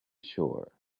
sure